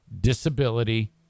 disability